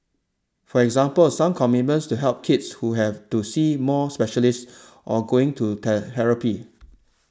for example some commitment to help the kids who have to see more specialists or going to therapy